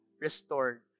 restored